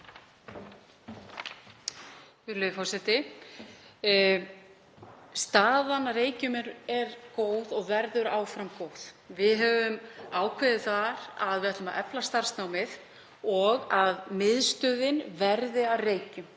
forseti. Staðan á Reykjum er góð og verður áfram góð. Við höfum ákveðið að við ætlum að efla starfsnámið og að miðstöðin verði að Reykjum.